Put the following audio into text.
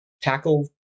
tackle